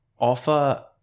Offer